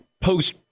post